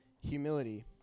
humility